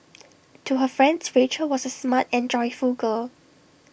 to her friends Rachel was A smart and joyful girl